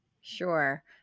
Sure